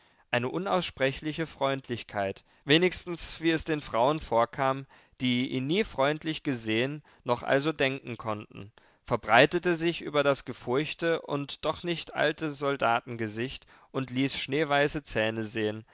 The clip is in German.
eine unaussprechliche freundlichkeit wenigstens wie es den frauen vorkam die ihn nie freundlich gesehen noch also denken konnten verbreitete sich über das gefurchte und doch noch nicht alte soldatengesicht und ließ schneeweiße zähne sehen